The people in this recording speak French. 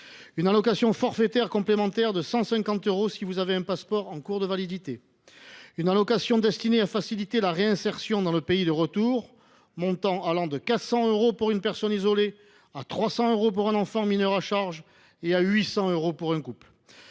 une allocation forfaitaire complémentaire de 150 euros si la personne possède un passeport en cours de validité ; une allocation destinée à faciliter la réinsertion dans le pays de retour, d’un montant de 400 euros pour une personne isolée, 300 euros pour un enfant mineur à charge et 800 euros pour un couple.